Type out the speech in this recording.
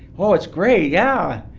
oh, it's great, yeah,